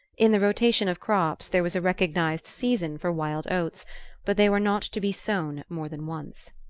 in the rotation of crops there was a recognised season for wild oats but they were not to be sown more than once.